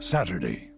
Saturday